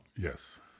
Yes